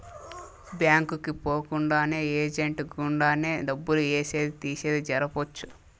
bank కి పోకుండానే agent గుండానే డబ్బులు ఏసేది తీసేది జరపొచ్చు